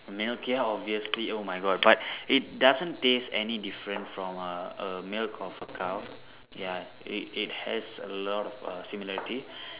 I mean okay obviously oh my God but it doesn't taste any different from a a milk of a cow ya it has a lot of similarity